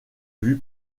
vue